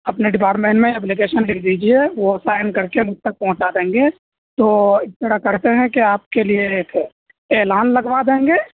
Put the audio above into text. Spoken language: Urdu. اپنے ڈپارٹمنٹ میں اپلیکیشن لکھ دیجیے وہ سائن کر کے مجھ تک پہنچا دیں گے تو اس طرح کرتے ہیں کہ آپ کے لیے ایک اعلان لگوا دیں گے